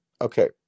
Okay